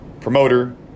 promoter